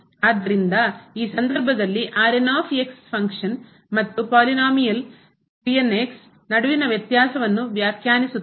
ಆದ್ದರಿಂದ ಈ ಸಂದರ್ಭದಲ್ಲಿ ಫಂಕ್ಷನ್ ಕಾರ್ಯದ ಮತ್ತು ಪಾಲಿನೋಮಿಯಲ್ ಬಹುಪದದ ನಡುವಿನ ವ್ಯತ್ಯಾಸವನ್ನು ವ್ಯಾಖ್ಯಾನಿಸುತ್ತದೆ